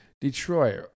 Detroit